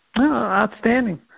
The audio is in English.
Outstanding